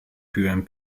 piłem